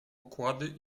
okłady